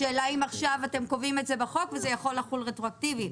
השאלה אם עכשיו אתם קובעים את זה בחוק וזה יכול לחול רטרואקטיבית,